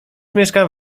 mieszkam